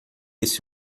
esse